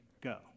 go